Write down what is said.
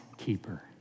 keeper